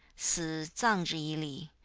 si zang zhi yi li,